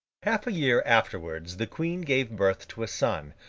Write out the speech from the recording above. half a year afterwards the queen gave birth to a son,